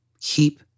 keep